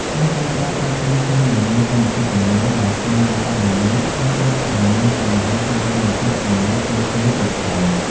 ហើយការប្រើប្រាស់ខ្លឹមសារដែលមានកម្មសិទ្ធិបញ្ញាដោយគ្មានការអនុញ្ញាតអាចនាំឲ្យមានបញ្ហាផ្នែកកម្មសិទ្ធិបញ្ញាធ្ងន់ធ្ងរទៀតផង។